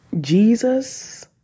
Jesus